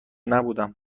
نبودم